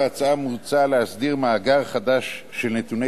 בהצעה מוצע להסדיר מאגר חדש של נתוני